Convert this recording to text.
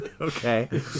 Okay